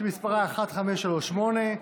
שמספרה מ/1538,